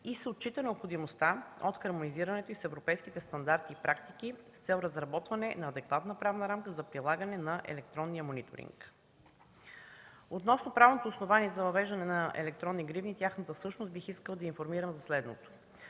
и се отчита необходимостта от хармонизирането й с европейските стандарти и практики с цел разработване на адекватна правна рамка за прилагане на електронния мониторинг. Относно правното основание за въвеждане на електронни гривни и тяхната същност бих искала да информирам за следното